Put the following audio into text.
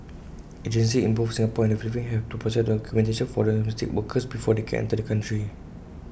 agencies in both Singapore and the Philippines have to process documentation for domestic workers before they can enter the country